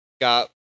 got